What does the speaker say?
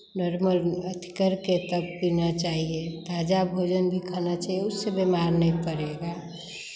normal अथि करके तब पीना चाहिए ताज़ा भोजन भी खाना चाहिए उससे बीमार नहीं पड़ेगा